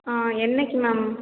ஆ என்றைக்கு மேம்